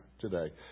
today